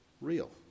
real